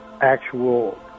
actual